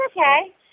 okay